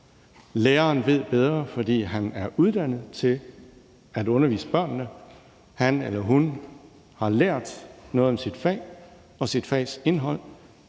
Læreren ved bedre, fordi han er uddannet til at undervise børnene. Han eller hun har lært noget om sit fag og sit fags indhold.